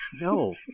No